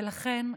ולכן,